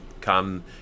come